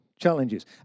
challenges